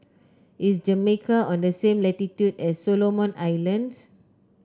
is Jamaica on the same latitude as Solomon Islands